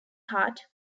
heart